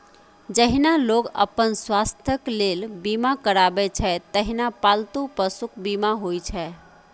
जहिना लोग अपन स्वास्थ्यक लेल बीमा करबै छै, तहिना पालतू पशुक बीमा होइ छै